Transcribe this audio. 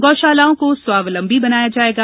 गौ शालाओं को स्वावलंबी बनाया जाएगा